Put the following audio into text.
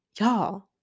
y'all